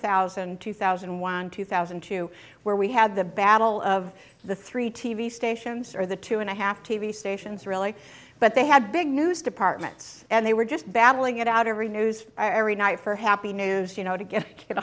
thousand two thousand and one two thousand and two where we had the battle of the three t v stations or the two and a half t v stations really but they had big news departments and they were just battling it out every news every night for happy news you know to get